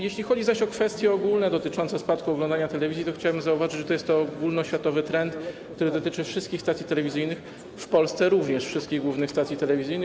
Jeśli chodzi zaś o kwestie ogólne dotyczące spadku oglądalności telewizji, to chciałbym zauważyć, że to jest to ogólnoświatowy trend, który dotyczy wszystkich stacji telewizyjnych - w Polsce również wszystkich głównych stacji telewizyjnych.